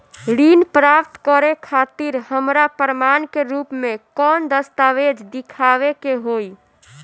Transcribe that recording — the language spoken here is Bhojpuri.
ऋण प्राप्त करे खातिर हमरा प्रमाण के रूप में कौन दस्तावेज़ दिखावे के होई?